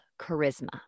charisma